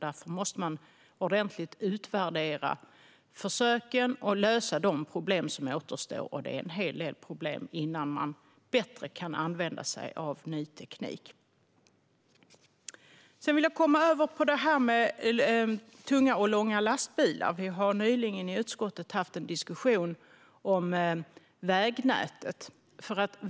Därför måste man utvärdera försöken ordentligt och lösa de problem som återstår. Och det finns en hel del problem innan man bättre kan använda sig av ny teknik. Låt mig gå över till tunga och långa lastbilar. I utskottet har vi nyligen haft en diskussion om vägnätet.